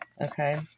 Okay